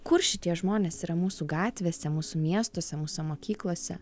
kur šitie žmonės yra mūsų gatvėse mūsų miestuose mūsų mokyklose